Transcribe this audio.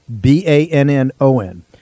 B-A-N-N-O-N